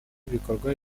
y’ibikorwa